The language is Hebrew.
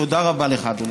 תודה רבה לך, אדוני.